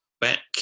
back